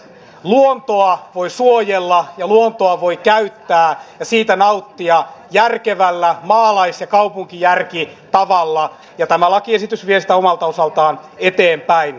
luontoa voi suojella ja luontoa voi käyttää ja siitä nauttia järkevällä maalais ja kaupunkijärkitavalla ja tämä lakiesitys vie sitä omalta osaltaan eteenpäin